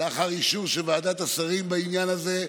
לאחר אישור של ועדת השרים בעניין הזה.